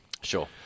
Sure